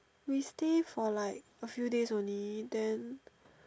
we stay for like a few days only then